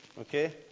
Okay